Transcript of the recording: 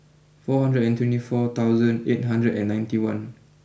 four hundred and twenty four thousand eight hundred and ninety one